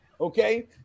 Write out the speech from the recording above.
Okay